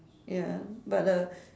ya but the